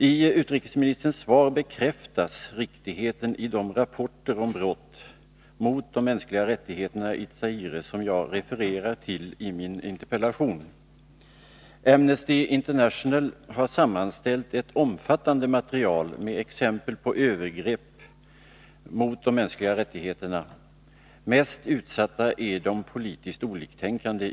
I utrikesministerns svar bekräftas riktigheten i de rapporter om brott mot de mänskliga rättigheterna i Zaire som jag refererar till i min interpellation. Amnesty International har sammanställt ett omfattande material med exempel på övergrepp mot de mänskliga rättigheterna i Zaire. Mest utsatta är de politiskt oliktänkande.